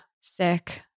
sick